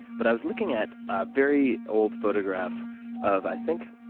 but i was looking at a very old photograph of, i think,